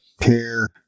pair